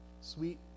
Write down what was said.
sweet